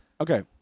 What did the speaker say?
okay